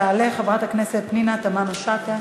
תעלה חברת הכנסת פנינה תמנו-שטה,